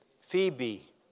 Phoebe